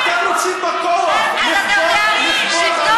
שלא